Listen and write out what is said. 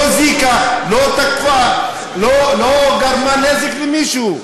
לא הזיקה, לא תקפה, לא גרמה נזק למישהו.